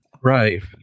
Right